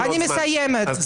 אני מסיימת.